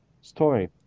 story